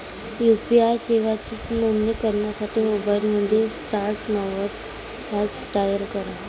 UPI सेवांची नोंदणी करण्यासाठी मोबाईलमध्ये स्टार नव्वद हॅच डायल करा